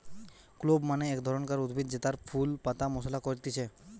clove মানে এক ধরণকার উদ্ভিদ জেতার ফুল পাতা মশলা করতিছে